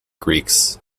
greeks